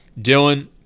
Dylan